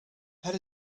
had